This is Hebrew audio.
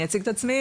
אני אציג את עצמי,